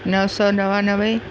नवं सौ नवानवे